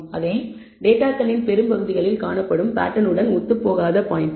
அவை டேட்டாகளின் பெரும்பகுதிகளில் காணப்படும் பேட்டர்ன் உடன் ஒத்துப்போகாத பாயிண்ட்கள்